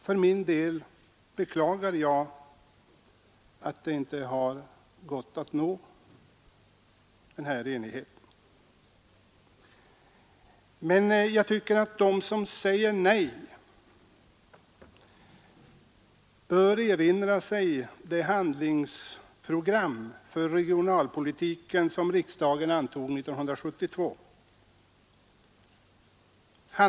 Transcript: För min del beklagar jag att det inte har gått att uppnå denna enighet. Men de som säger nej bör erinra sig det handlingsprogram för regionalpolitiken som riksdagen antog 1972.